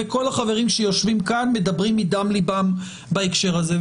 כל החברים שיושבים כאן מדברים מדם ליבם בהקשר הזה.